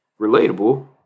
relatable